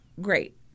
Great